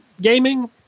gaming